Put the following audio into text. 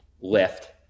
lift